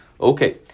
Okay